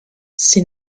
ses